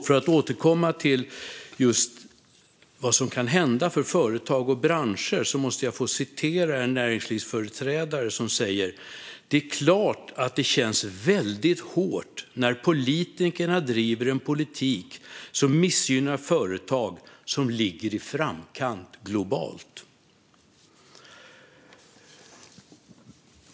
För att återkomma till vad som kan hända för företag och branscher måste jag få läsa upp vad en näringslivsföreträdare säger: Det är klart att det känns väldigt hårt när politikerna driver en politik som missgynnar företag som ligger i framkant globalt.